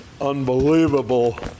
unbelievable